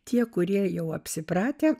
tie kurie jau apsipratę